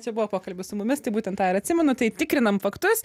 čia buvo pokalbis su mumis tai būtent tą ir atsimenu tai tikrinam faktus